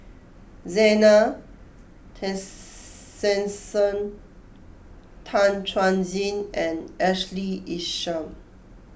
Zena Tessensohn Tan Chuan Jin and Ashley Isham